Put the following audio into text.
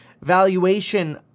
valuation